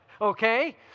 Okay